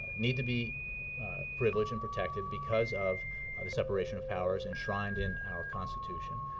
need to be privileged and protected because of the separation of powers enshrined in our constitution.